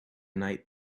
night